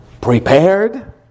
prepared